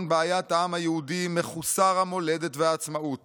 בעיית העם היהודי מחוסר המולדת והעצמאות